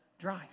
dry